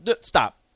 stop